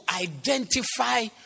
identify